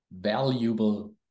valuable